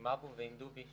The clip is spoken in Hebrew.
אני מסכים עם אבו ועם דובי.